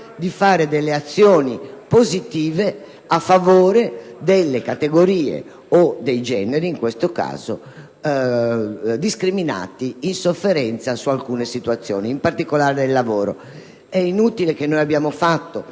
di fare delle azioni positive a favore delle categorie (o dei generi, come in questo caso) discriminate, in sofferenza su alcune situazioni, in particolare nel lavoro. È inutile l'importante